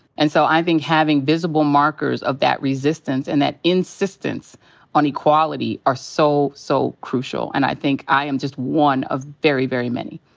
and so i think having visible markers of that resistance and that insistence insistence on equality are so, so crucial. and i think i am just one of very, very many.